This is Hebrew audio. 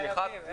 חייבים.